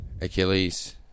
Achilles